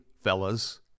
fellas